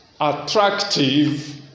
attractive